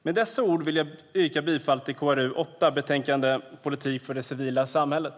Med dessa ord vill jag yrka bifall till förslaget i betänkande KrU8 Politik för det civila samhället .